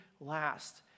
last